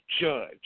judge